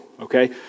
okay